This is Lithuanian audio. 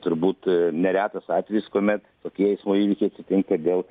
turbūt neretas atvejis kuomet tokie eismo įvykiai atsitinka dėl